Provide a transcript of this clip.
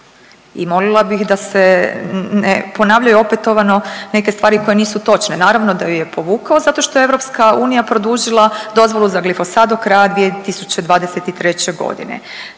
I molila bih da se ne ponavljaju opetovano neke stvari koje nisu točne. Naravno da ju je povukao zato što je EU produžila dozvolu za glifosat do kraja 2023. godine.